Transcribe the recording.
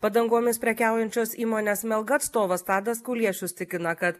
padangomis prekiaujančios įmonės melga atstovas tadas kuliešius tikina kad